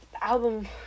album